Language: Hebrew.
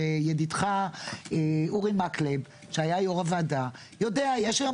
וידידך אורי מקלב שהיה יו"ר הוועדה יודע שיש היום